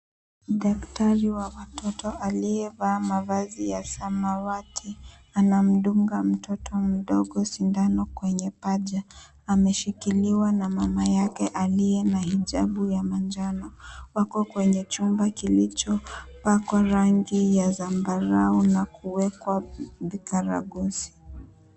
Daktari wa watoto aliyevaa mavazi ya samawati anamdunga mtoto mdogo sindano kwenye paja. Ameshikiliwa na mama yake aliye na hijabu ya manjano. Wako kwenye chumba kilichopakwa rangi ya zambarau na kuwekwa vikaragosi.